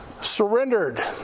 surrendered